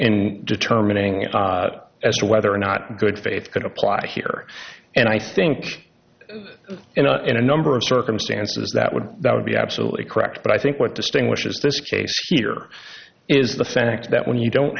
in determining as to whether or not good faith could apply here and i think in a number of circumstances that would that would be absolutely correct but i think what distinguishes this case here is the sack that when you don't